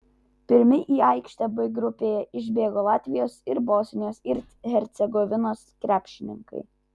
pirmi į aikštę b grupėje išbėgo latvijos ir bosnijos ir hercegovinos krepšininkai